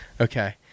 Okay